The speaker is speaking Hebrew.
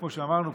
כמו שאמרנו,